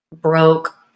broke